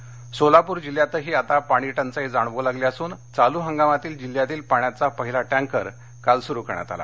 पाणी टंचाई सोलापूर जिल्ह्यातही आता पाणी टंचाई जाणवू लागली असून चालू हंगामातील जिल्ह्यातील पाण्याचा पहिला टँकर काल सुरु करण्यात आला